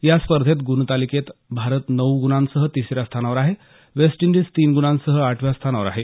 या स्पर्धेत ग्णतालिकेत भारत नऊ ग्णांसह तिसऱ्या स्थानावर तर वेस्ट इंडीज तीन गुणांसह आठव्या स्थानावर आहे